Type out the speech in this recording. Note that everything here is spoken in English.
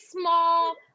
small